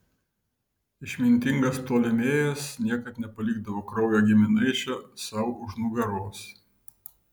išmintingas ptolemėjas niekad nepalikdavo kraujo giminaičio sau už nugaros